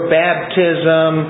baptism